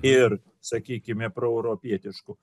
ir sakykime proeuropietišku